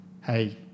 hey